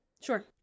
Sure